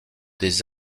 des